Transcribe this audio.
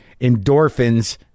endorphins